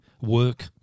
work